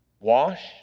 Wash